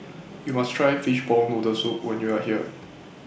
YOU must Try Fishball Noodle Soup when YOU Are here